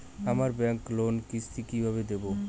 আমার ব্যাংক লোনের কিস্তি কি কিভাবে দেবো?